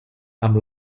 amb